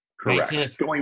Correct